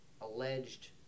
alleged